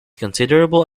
considerable